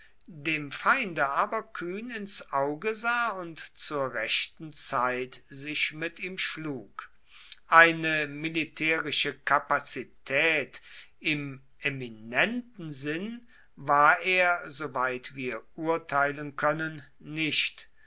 dem feinde aber kühn ins auge sah und zur rechten zeit sich mit ihm schlug eine militärische kapazität im eminenten sinn war er soweit wir urteilen können nicht